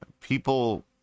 people